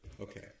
Okay